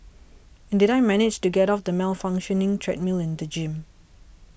and did I manage to get off the malfunctioning treadmill in the gym